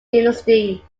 dynasty